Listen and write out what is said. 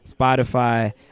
spotify